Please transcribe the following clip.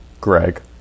Greg